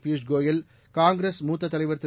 பியூஷ் கோயல் காங்கிரஸ் மூத்த தலைவர் திரு